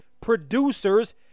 producers